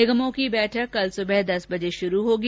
निगमों की बैठक कल सुबह दस बजे शुरू होगी